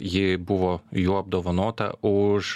ji buvo juo apdovanota už